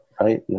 right